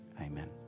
Amen